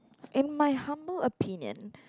in my humble opinion